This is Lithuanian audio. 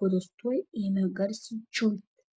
kuris tuoj ėmė garsiai čiulpti